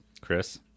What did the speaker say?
Chris